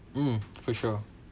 mm for sure